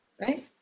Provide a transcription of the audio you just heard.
right